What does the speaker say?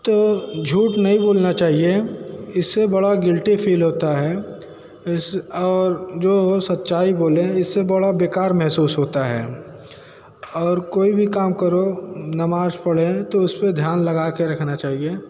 तो झूठ नहीं बोलना चाहिए इससे बड़ा गिल्टी फ़िल होता है इस और जो सच्चाई बोलें इससे बड़ा बेकार महसूस होता है और कोई भी काम करो नमाज़ पढ़ें तो उस पर ध्यान लगा के रखना चाहिए